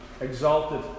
exalted